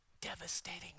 devastating